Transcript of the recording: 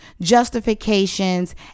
justifications